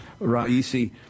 Raisi